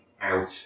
out